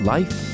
Life